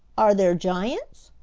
are there giants?